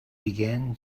began